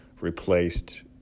replaced